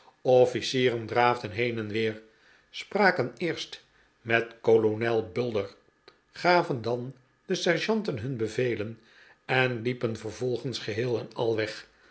officieren draafden heen en weer spraken eerst met kolonel bulder gaven dan den sergeanten hun bevelen en liepen vervolgens geheel en al weg